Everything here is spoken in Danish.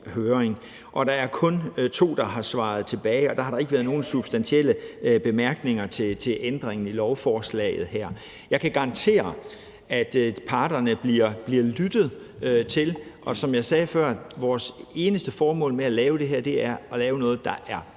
der er kun to, der har svaret tilbage, og der har der ikke været nogen substantielle bemærkninger til ændringen i lovforslaget her. Jeg kan garantere, at der bliver lyttet til parterne. Og som jeg sagde før, er vores eneste formål med at lave det her at lave noget, der er bedre.